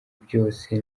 byose